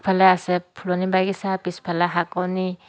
আগফালে আছে ফুলনি বাগিচা পিছফালে শাকনি